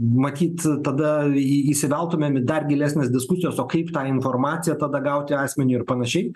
matyt tada įsiveltumėm į dar gilesnės diskusijos o kaip tą informaciją tada gauti asmeniui ir panašiai